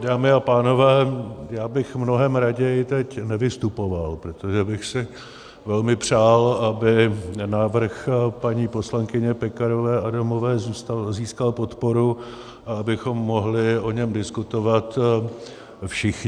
Dámy a pánové, já bych mnohem raději teď nevystupoval, protože bych si velmi přál, aby návrh paní poslankyně Pekarové Adamové zůstal a získal podporu a abychom mohli o něm diskutovat všichni.